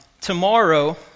tomorrow